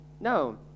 No